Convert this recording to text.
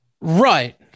Right